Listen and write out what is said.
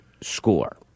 score